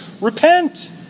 repent